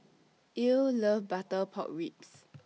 Ilo loves Butter Pork Ribs